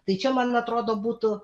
tai čia man atrodo būtų